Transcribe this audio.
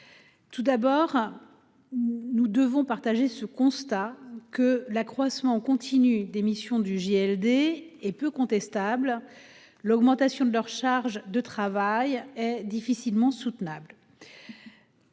Tout d'abord. Nous devons partager ce constat que l'accroissement continu d'émission du JLD et peu contestable. L'augmentation de leur charge de travail. Difficilement soutenable.